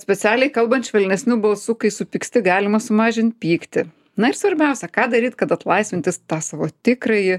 specialiai kalbant švelnesniu balsu kai supyksti galima sumažint pyktį na ir svarbiausia ką daryt kad atlaisvinti tą savo tikrąjį